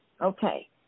Okay